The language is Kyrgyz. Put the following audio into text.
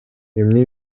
эмне